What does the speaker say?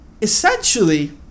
essentially